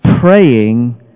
Praying